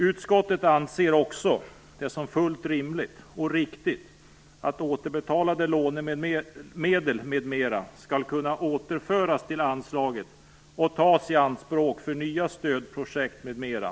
Utskottet anser det också som fullt rimligt och riktigt att återbetalade lånemedel m.m. skall kunna återföras till anslaget och tas i anspråk för nya stödprojekt m.m.